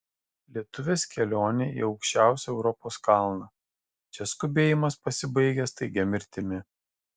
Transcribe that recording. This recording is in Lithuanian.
lietuvės kelionė į aukščiausią europos kalną čia skubėjimas pasibaigia staigia mirtimi